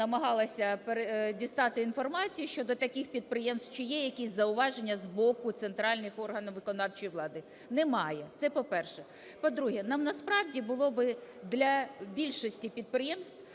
намагалася дістати інформацію щодо таких підприємств, чи є якісь зауваження з боку центральних органів виконавчої влади? Немає. Це, по-перше. По-друге, нам, насправді, було б для більшості підприємств